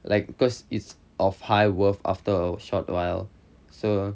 like because is of high worth after a short while so